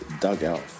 dugout